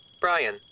Brian